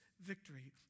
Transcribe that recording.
victory